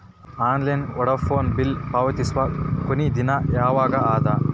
Online Vodafone bill ಪಾವತಿಸುವ ಕೊನಿ ದಿನ ಯವಾಗ ಅದ?